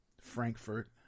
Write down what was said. Frankfurt